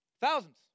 Thousands